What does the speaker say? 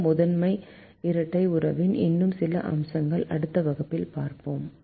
இந்த முதன்மை இரட்டை உறவின் இன்னும் சில அம்சங்களை அடுத்த வகுப்பில் பார்ப்போம்